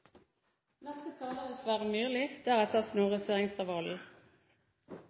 Neste taler er Sverre Serigstad Valen …. Nei, unnskyld, Snorre Serigstad Valen.